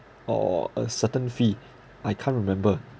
or a certain fee I can't remember